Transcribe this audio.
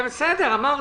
בסדר, אמרתי.